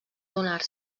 adonar